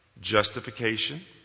justification